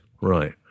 Right